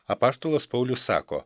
apaštalas paulius sako